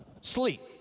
sleep